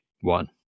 one